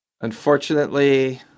Unfortunately